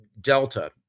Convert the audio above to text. delta